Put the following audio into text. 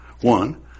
One